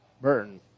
Burton